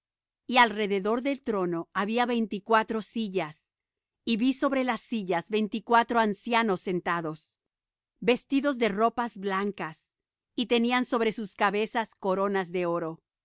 y alrededor del trono había veinticuatro sillas y vi sobre las sillas veinticuatro ancianos sentados vestidos de ropas blancas y tenían sobre sus cabezas coronas de oro